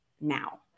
now